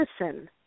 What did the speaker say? medicine